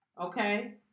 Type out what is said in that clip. Okay